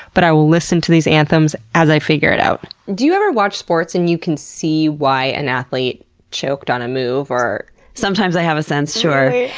but i will listen to these anthems as i figure it out. do you ever watch sports and you can see why an athlete choked on a move? sometimes i have a sense, sure.